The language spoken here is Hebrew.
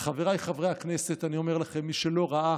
וחבריי חברי הכנסת, אני אומר לכם, מי שלא ראה